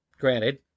Granted